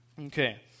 Okay